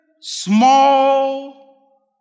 small